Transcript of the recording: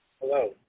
Hello